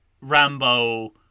Rambo